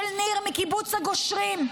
של ניר מקיבוץ הגושרים,